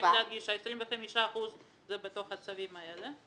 צריך לומר שה-25 אחוזים הם בתוך הצווים האלה.